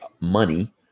money